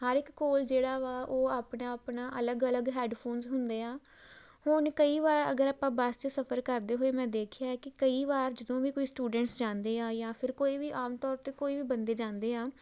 ਹਰ ਇੱਕ ਕੋਲ ਜਿਹੜਾ ਵਾ ਉਹ ਆਪਣਾ ਆਪਣਾ ਅਲੱਗ ਅਲੱਗ ਹੈੱਡਫੋਨਸ ਹੁੰਦੇ ਹਾਂ ਹੁਣ ਕਈ ਵਾਰ ਅਗਰ ਆਪਾਂ ਬੱਸ 'ਚ ਸਫ਼ਰ ਕਰਦੇ ਹੋਏ ਮੈਂ ਦੇਖਿਆ ਕਿ ਕਈ ਵਾਰ ਜਦੋਂ ਵੀ ਕੋਈ ਸਟੂਡੈਂਟਸ ਜਾਂਦੇ ਆ ਜਾਂ ਫਿਰ ਕੋਈ ਵੀ ਆਮ ਤੌਰ 'ਤੇ ਕੋਈ ਵੀ ਬੰਦੇ ਜਾਂਦੇ ਆ